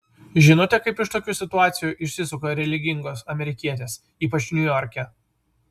žinote kaip iš tokių situacijų išsisuka religingos amerikietės ypač niujorke